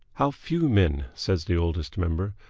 how few men, says the oldest member,